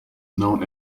known